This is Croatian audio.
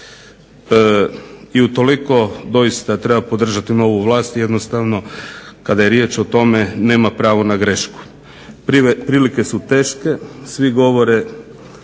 I u toliko doista treba podržati novu vlast, jednostavno kada je riječ o tome nema pravo na grešku. Prilike su teške, svi govore